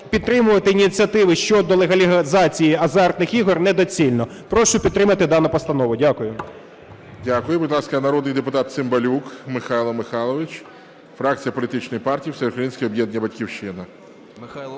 підтримувати ініціативи щодо легалізації азартних ігор недоцільно. Прошу підтримати дану постанову. Дякую.